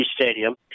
Stadium